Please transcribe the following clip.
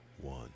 one